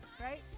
Right